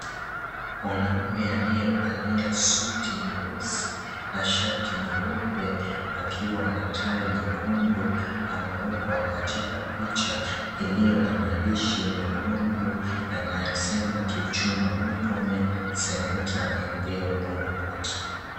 Mwanamme aliyevalia suti nyeusi na shati nyeupe, akiwa na tai nyekundu, amewekwa katika picha iliyo na maandishi mekundu yanayosema Kipchumba Murkomen Seneta Elgeyo Marakwet.